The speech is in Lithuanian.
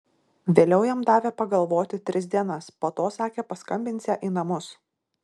vėliau jam davė pagalvoti tris dienas po to sakė paskambinsią į namus